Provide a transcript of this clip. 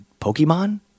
Pokemon